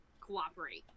cooperate